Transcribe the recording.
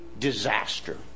disaster